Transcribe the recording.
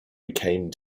became